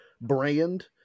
brand